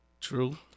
True